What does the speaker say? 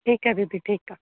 ठीकु आहे दीदी ठीकु आहे